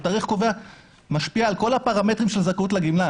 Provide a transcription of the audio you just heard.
התאריך הקובע משפיע על כל הפרמטרים של זכאות לגמלה,